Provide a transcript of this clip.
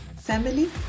family